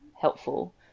helpful